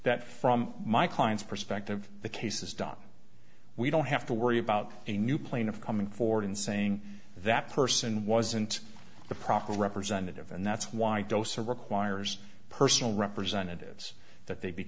that from my client's perspective the case is done we don't have to worry about a new plane of coming forward and saying that person wasn't the proper representative and that's why dosar requires personal representatives that they be